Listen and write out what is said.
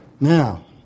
Now